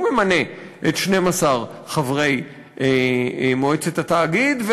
הוא ממנה את 12 חברי מועצת התאגיד,